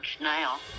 now